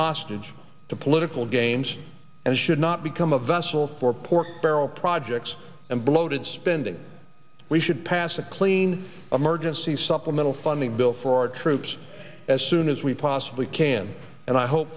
hostage to political gains and should not become a vessel for pork barrel projects and bloated spending we should pass a clean emergency supplemental funding bill for our troops as soon as we possibly can and i hope